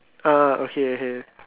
ah okay okay